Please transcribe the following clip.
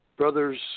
brothers